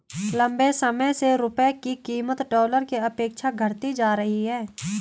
लंबे समय से रुपये की कीमत डॉलर के अपेक्षा घटती जा रही है